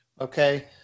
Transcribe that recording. Okay